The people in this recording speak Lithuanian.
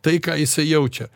tai ką jisai jaučia